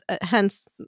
hence